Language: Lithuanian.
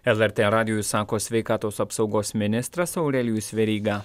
lrt radijui sako sveikatos apsaugos ministras aurelijus veryga